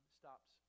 stops